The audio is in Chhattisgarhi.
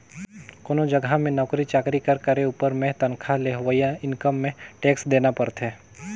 कोनो जगहा में नउकरी चाकरी कर करे उपर में तनखा ले होवइया इनकम में टेक्स देना परथे